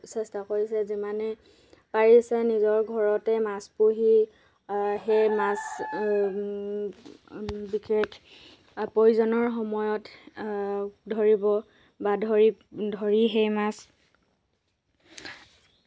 বহু ধৰণৰ মাছ কিনি লৈ যায় লৈ যাই মাছ বিক্ৰী বিক্ৰেতাই তাৰে মাজেৰে পৰা মাজৰে পৰা কিছু উপাৰ্জন হয় তাৰে পৰা কিছু উপাৰ্জন হয় সেই উপাৰ্জনেৰে আৰু ভালকে ভালদৰে উপাৰ্জন কৰে উপাৰ্জন কৰে মানুহে